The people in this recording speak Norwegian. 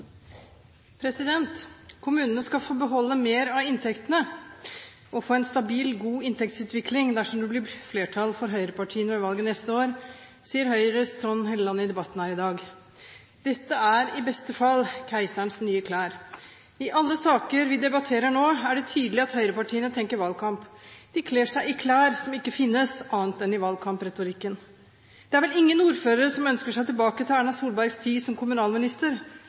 Kommunene skal få beholde mer av inntektene og få en stabil god inntektsutvikling dersom det blir flertall for høyrepartiene ved valget neste år, sier Høyres Trond Helleland i debatten her i dag. Dette er i beste fall keiserens nye klær. I alle saker vi debatterer nå, er det tydelig at høyrepartiene tenker valgkamp. De kler seg i klær som ikke finnes, annet enn i valgkampretorikken. Det er vel ingen ordførere som ønsker seg tilbake til Erna Solbergs tid som kommunalminister.